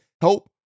help